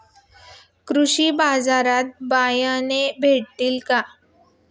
कृषी बाजारात बियाणे भेटतील का?